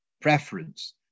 preference